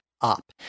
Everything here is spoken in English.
up